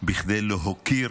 כדי להוקיר